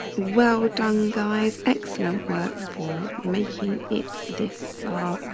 well done, guys, excellent work for making it this far.